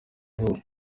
vuba